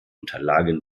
unterlagen